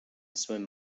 swim